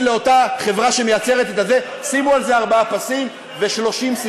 לאותה חברה שמייצרת: שימו על זה ארבעה פסים ו-cc30.